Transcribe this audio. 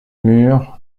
mur